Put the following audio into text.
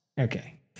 Okay